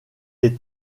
est